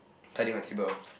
tidying my table